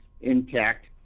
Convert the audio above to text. intact